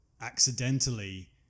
accidentally